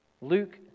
Luke